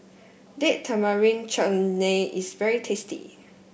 Date Tamarind Chutney is very tasty